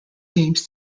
games